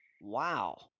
Wow